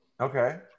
Okay